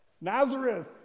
Nazareth